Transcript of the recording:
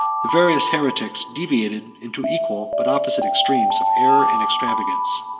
the various heretics deviated into equal but opposite extremes of error and extravagance.